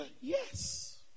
yes